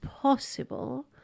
possible